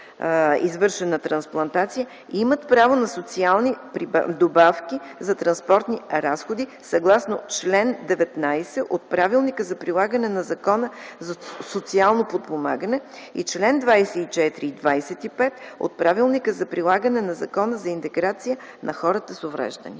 имат право на социални добавки за транспортни разходи съгласно чл. 19 от Правилника за прилагане на Закона за социално подпомагане и чл. 24 и 25 от Правилника за прилагане на Закона за интеграция на хората с увреждания.